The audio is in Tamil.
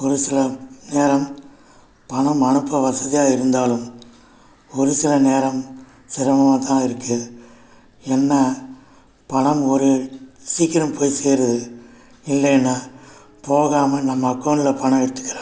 ஒரு சில நேரம் பணம் அனுப்ப வசதியாக இருந்தாலும் ஒரு சில நேரம் சிரமமாகத்தான் இருக்குது என்ன பணம் ஒரு சீக்கிரம் போய் சேருது இல்லைனா போகாமல் நம்ம அக்கௌண்ட்டில் பணம் எடுத்துக்கிறாங்க